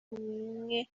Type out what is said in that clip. umwe